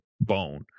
bone